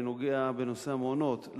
אני נוגע בנושא המעונות,